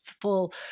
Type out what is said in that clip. full